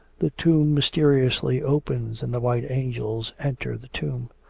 the tomb mysteriously opens, and the white angels enter the tomb.